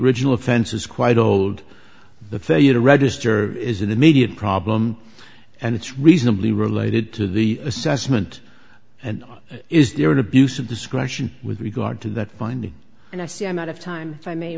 original offense is quite old the failure to register is an immediate problem and it's reasonably related to the assessment and is there an abuse of discretion with regard to that finding and i see i'm out of time so i may